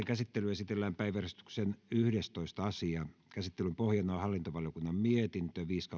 käsittelyyn esitellään päiväjärjestyksen yhdestoista asia käsittelyn pohjana on hallintovaliokunnan mietintö viisi